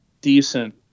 decent